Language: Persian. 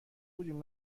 بودیم